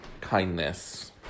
kindness